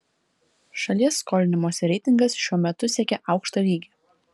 šalies skolinimosi reitingas šiuo metu siekia aukštą lygį